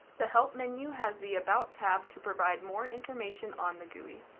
the help menu has the about tab to provide more information on the gui.